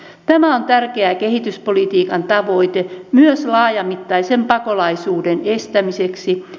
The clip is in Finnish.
tämä on tärkeä kehityspolitiikan tavoite myös laajamittaisen pakolaisuuden estämiseksi